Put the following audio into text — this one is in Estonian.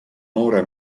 noore